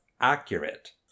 accurate